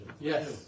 Yes